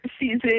season